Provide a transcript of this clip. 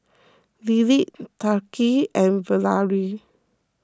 Lillie Tariq and Valery